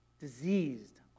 diseased